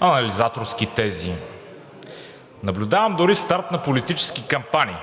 анализаторски тези, наблюдавам дори старт на политически кампании,